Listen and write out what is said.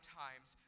times